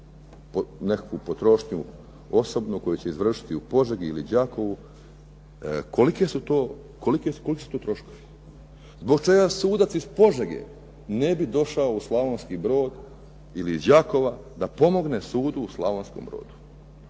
nekakvu potrošnju osobu koju će izvršiti u Požegi ili Đakovu. Koliki su to troškovi? Zbog čega sudac iz Požege ne bi došao u Slavonski Brod ili iz Đakova da pomogne sudu u Slavonskom Brodu?